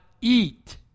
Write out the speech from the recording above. eat